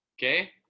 Okay